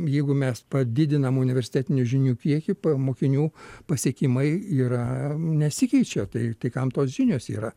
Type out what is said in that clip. jeigu mes padidinam universitetinių žinių kiekį mokinių pasiekimai yra nesikeičia tai tai kam tos žinios yra